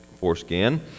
foreskin